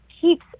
keeps